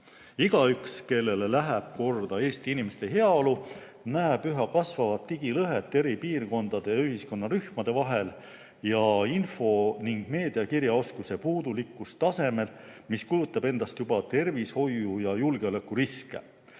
Igaüks, kellele läheb korda Eesti inimeste heaolu, näeb üha kasvavat digilõhet eri piirkondade ja ühiskonnarühmade vahel ja info- ning meediakirjaoskuse puudulikkust tasemel, mis kujutab endast juba tervishoiu- ja julgeolekuriske.